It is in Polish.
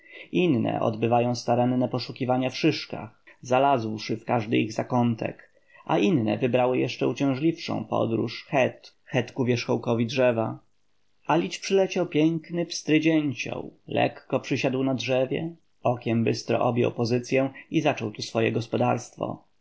inne odbywają staranne poszukiwania w szyszkach zalazłszy w każdy ich zakątek a inne wybrały jeszcze uciążliwszą podróż het ku wierzchołkowi drzewa alić przyleciał piękny pstry dzięcioł lekko przysiadł na drzewie okiem bystro objął pozycyę i zaczął tu swoje gospodarstwo